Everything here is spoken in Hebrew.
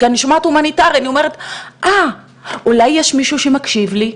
כי אני שומעת הומניטארי ואני חושבת לעצמי שאולי יש מישהו שמקשיב לי?